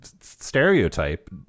stereotype